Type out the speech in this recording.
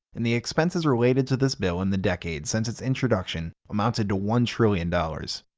and the expenses related to this bill in the decade since its introduction amounted to one trillion dollars.